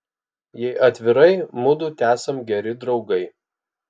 jei atvirai mudu tesam geri draugai